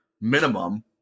minimum